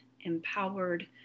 empowered